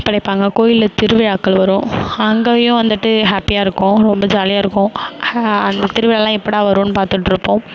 படைப்பாங்க கோயிலில் திருவிழாக்கள் வரும் அங்கேயும் வந்துட்டு ஹேப்பியாக இருக்கும் ரொம்ப ஜாலியாக இருக்கும் அந்த திருவிழாலாம் எப்படா வரும்னு பார்த்துட்டு இருப்போம்